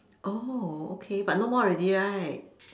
oh okay but no more already right